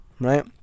right